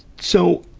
so,